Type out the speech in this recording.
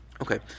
Okay